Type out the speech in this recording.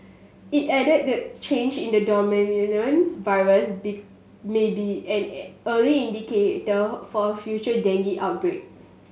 it added that change in the virus may be an early indicator for a future dengue outbreak